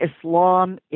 Islam